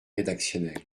rédactionnel